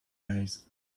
guys